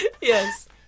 Yes